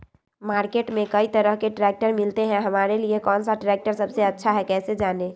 Market में कई तरह के ट्रैक्टर मिलते हैं हमारे लिए कौन सा ट्रैक्टर सबसे अच्छा है कैसे जाने?